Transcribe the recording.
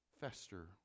fester